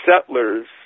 settlers